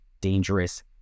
dangerous